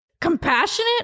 compassionate